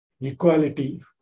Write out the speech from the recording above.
equality